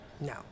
no